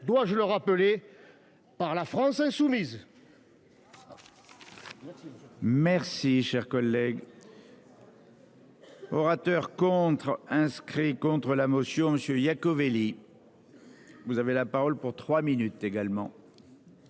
dois-je le rappeler, par La France insoumise.